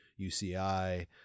uci